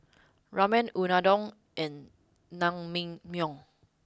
Ramen Unadon and Naengmyeon